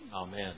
Amen